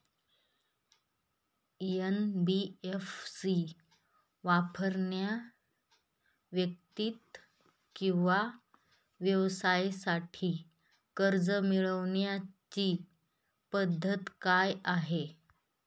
NBFC वापरणाऱ्या व्यक्ती किंवा व्यवसायांसाठी कर्ज मिळविण्याची पद्धत काय आहे?